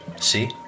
See